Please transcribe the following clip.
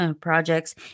projects